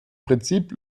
prinzip